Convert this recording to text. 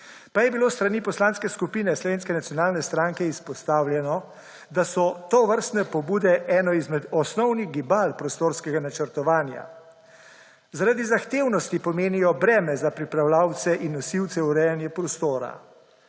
pa je bilo s strani Poslanske skupine Slovenske nacionalne stranke izpostavljeno, da so tovrstne pobude eno izmed osnovnih gibal prostorskega načrtovanja. Zaradi zahtevnosti pomenijo breme za pripravljavce in nosilce urejanja prostora.